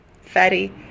fatty